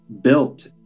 built